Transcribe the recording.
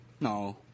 No